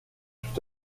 tout